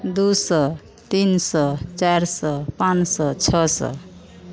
दू सओ तीन सओ चारि सओ पाँच सओ छओ सओ